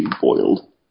boiled